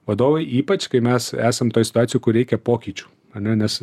vadovai ypač kai mes esam toj situacijoj kur reikia pokyčių ane nes